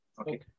Okay